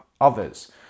others